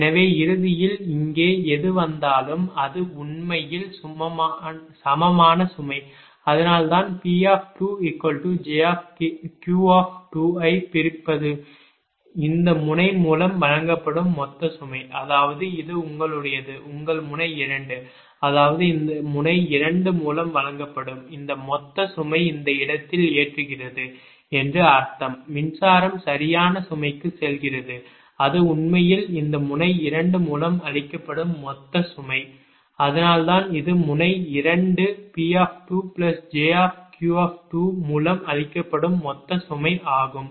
எனவே இறுதியில் இங்கே எது வந்தாலும் அது உண்மையில் சமமான சுமை அதனால்தான் PjQ ஐப் பிரிப்பது இந்த முனை மூலம் வழங்கப்படும் மொத்த சுமை அதாவது இது உங்களுடையது உங்கள் முனை 2 அதாவது இந்த முனை 2 மூலம் வழங்கப்படும் இந்த மொத்த சுமை இந்த இடத்தில் ஏற்றுகிறது என்று அர்த்தம் மின்சாரம் சரியான சுமைக்குச் செல்கிறது அது உண்மையில் இந்த முனை 2 மூலம் அளிக்கப்படும் மொத்த சுமை அதனால்தான் இது முனை 2 PjQ மூலம் அளிக்கப்படும் மொத்த சுமை ஆகும்